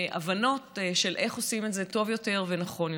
והבנות של איך עושים את זה טוב יותר ונכון יותר.